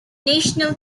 national